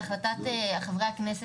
כמו שקיים היום,